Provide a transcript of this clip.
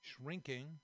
shrinking